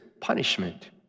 punishment